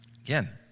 Again